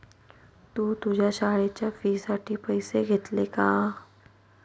तू तुझ्या शाळेच्या फी साठी पैसे घेतले का?